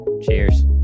Cheers